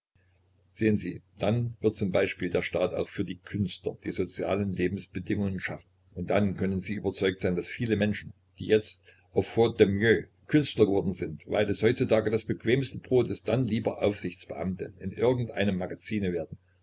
sehen sie dann wird z b der staat auch für die künstler die sozialen lebensbedingungen schaffen und dann können sie überzeugt sein daß viele menschen die jetzt faute de mieux künstler geworden sind weil es heutzutage das bequemste brot ist dann lieber aufsichtsbeamte in irgend einem magazine werden